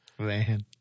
Man